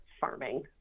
farming